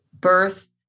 birth